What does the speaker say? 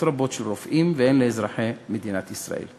רבות של רופאים והן לאזרחי מדינת ישראל.